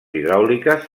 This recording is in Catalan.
hidràuliques